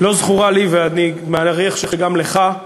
לא זכורה לי, ואני מעריך שגם לך,